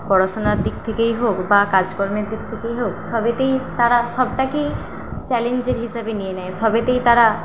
পড়াশোনার দিক থেকেই হোক বা কাজকর্মের দিক থেকেই হোক সবেতেই তারা সবটাকেই চ্যালেঞ্জের হিসাবে নিয়ে নেয় সবেতেই তারা